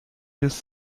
this